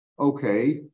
Okay